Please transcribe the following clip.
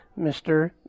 Mr